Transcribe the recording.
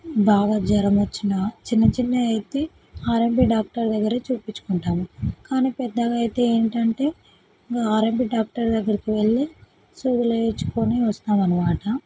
బాగా జ్వరం వచ్చినా చిన్న చిన్నవైతే ఆర్ఎమ్పీ డాక్టర్ దగ్గర చూపించుకుంటాము కానీ పెద్దగా అయితే ఏంటంటే ఆర్ఎమ్పీ డాక్టర్ దగ్గరకి వెళ్ళి సూదులు వేయించుకొని వస్తాము అన్నమాట